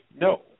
No